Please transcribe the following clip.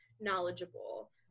knowledgeable